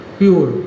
pure